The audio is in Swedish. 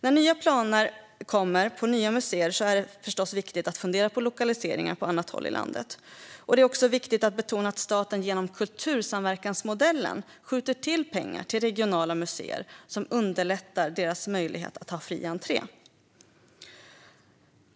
När nya museer planeras är det förstås viktigt att fundera på lokaliseringar på annat håll i landet. Det är också viktigt att betona att staten genom kultursamverkansmodellen skjuter till pengar till regionala museer som underlättar deras möjlighet att ha fri entré.